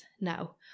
now